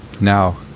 Now